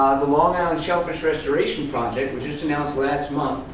the long island shellfish restoration project was just announced last month